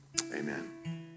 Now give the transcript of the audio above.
amen